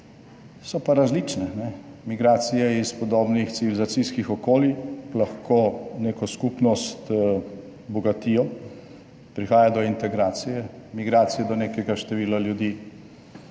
So pa različne, migracije iz podobnih civilizacijskih okolij, lahko neko skupnost bogatijo, prihaja do integracije. Migracije do nekega števila ljudi